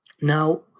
Now